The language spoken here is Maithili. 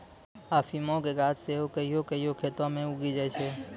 अफीमो के गाछ सेहो कहियो कहियो खेतो मे उगी जाय छै